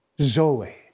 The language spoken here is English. Zoe